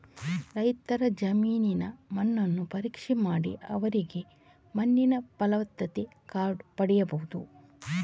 ರೈತರ ಜಮೀನಿನ ಮಣ್ಣನ್ನು ಪರೀಕ್ಷೆ ಮಾಡಿ ಅವರಿಗೆ ಮಣ್ಣಿನ ಫಲವತ್ತತೆ ಕಾರ್ಡು ಪಡೀಬಹುದು